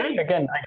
again